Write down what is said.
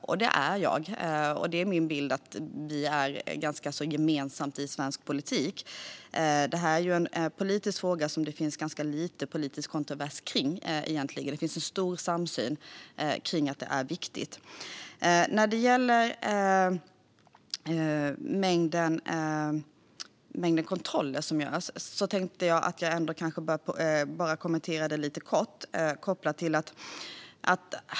Det är jag, och min bild är att det är något vi har gemensamt i svensk politik. Detta är ju en politisk fråga som det egentligen råder ganska lite politisk kontrovers kring. Det finns en stor samsyn kring att detta är viktigt. Jag tänkte kort kommentera mängden kontroller som görs.